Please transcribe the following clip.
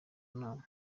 nama